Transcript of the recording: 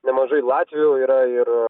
nemažai latvių yra ir